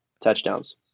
touchdowns